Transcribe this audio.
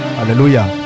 Hallelujah